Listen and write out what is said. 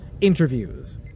interviews